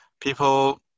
People